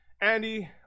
Andy